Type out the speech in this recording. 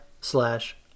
slash